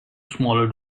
smaller